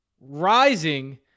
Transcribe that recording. Rising